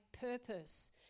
purpose